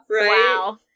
Wow